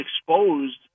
exposed